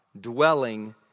dwelling